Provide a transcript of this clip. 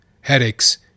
headaches